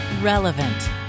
Relevant